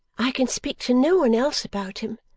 i can speak to no one else about him,